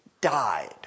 died